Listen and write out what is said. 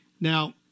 Now